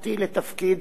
שר המשפטים